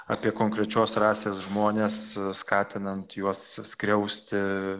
apie konkrečios rasės žmones skatinant juos skriausti